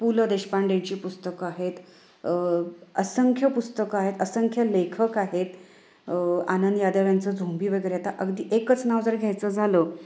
पु ल देशपांडेची पुस्तकं आहेत असंख्य पुस्तकं आहेत असंख्य लेखक आहेत आनंद यादव यांचं झोंबी वगैरे आता अगदी एकच नाव जर घ्यायचं झालं